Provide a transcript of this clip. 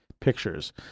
pictures